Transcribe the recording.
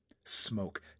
smoke